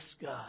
God